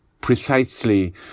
precisely